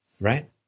right